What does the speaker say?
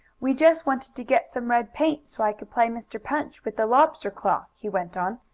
we just wanted to get some red paint so i could play mr. punch with the lobster claw, he went on.